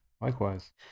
likewise